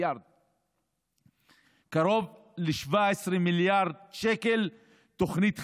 קרוב ל-17 מיליארד שקל תוכנית חברתית,